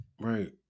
right